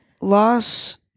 loss